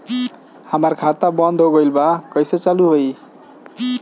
हमार खाता बंद हो गइल बा कइसे चालू होई?